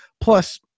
Plus